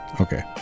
Okay